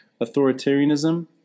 authoritarianism